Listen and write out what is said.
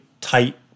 tight